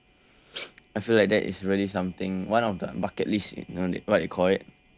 I feel like that is really something one of the bucket list you know what you call it